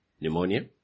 Pneumonia